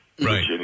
Right